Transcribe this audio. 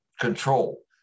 control